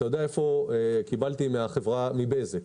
קיבלתי מבזק: